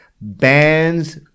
bands